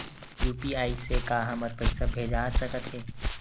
UPI से का हमर पईसा भेजा सकत हे?